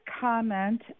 comment